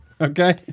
Okay